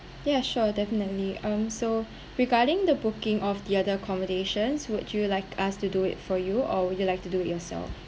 ya sure definitely um so regarding the booking of the other accommodations would you like us to do it for you or would you like to do it yourself